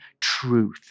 truth